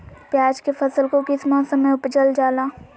प्याज के फसल को किस मौसम में उपजल जाला?